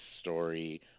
story